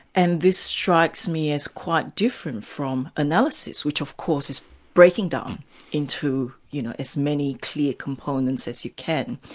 and this strikes me as quite different from analysis, which of course is breaking down into you know as many clear components as you can.